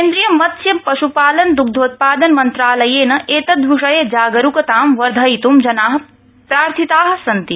केन्द्रीय मत्स्य पश्पालन द्ग्धोत्पाद मन्त्रालयेन एतद् विषये जागरुकतां वर्धयित् जना प्रार्थिता सन्ति